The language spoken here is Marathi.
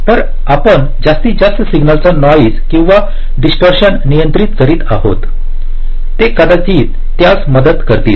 तर आपण जास्तीत जास्त सिग्नलचा नॉइज किंवा डीसटॉर्शण नियंत्रित करीत आहोत ते कदाचित त्यास मदत करतील